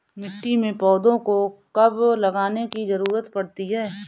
मिट्टी में पौधों को कब लगाने की ज़रूरत पड़ती है?